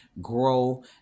grow